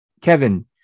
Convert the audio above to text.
Kevin